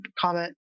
comment